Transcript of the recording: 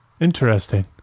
Interesting